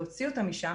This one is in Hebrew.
להוציא אותם משם,